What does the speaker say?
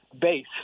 base